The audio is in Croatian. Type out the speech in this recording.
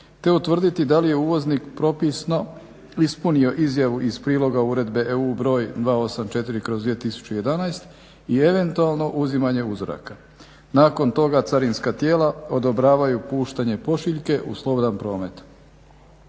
te utvrditi da li je uvoznik propisno ispunio izjavu iz priloga Uredbe EU br. 284/2011. i eventualno uzimanje uzoraka. Nakon toga carinska tijela odobravaju puštanje pošiljke u slobodan promet.